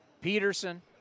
Peterson